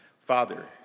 Father